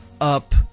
up